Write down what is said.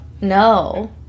No